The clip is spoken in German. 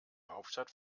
hauptstadt